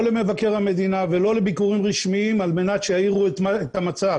לא למבקר המדינה ולא לביקורים רשמיים על מנת שיאירו את המצב.